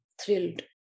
thrilled